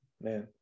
man